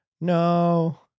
no